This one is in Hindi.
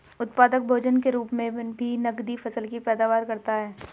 उत्पादक भोजन के रूप मे भी नकदी फसल की पैदावार करता है